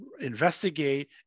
investigate